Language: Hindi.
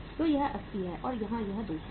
तो यह 80 है और यहाँ यह 200 है